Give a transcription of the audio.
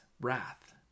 wrath